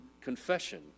confession